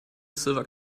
silver